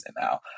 now